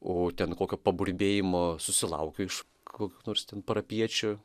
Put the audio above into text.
o ten kokio paburbėjimo susilaukiu iš kokių nors ten parapijiečių